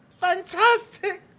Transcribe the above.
Fantastic